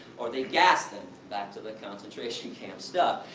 or they gas them, back to the concentration camp stuff.